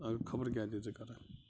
اگر خَبر کیٛاہ تہِ ژٕ کَرکھ